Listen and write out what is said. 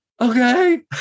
okay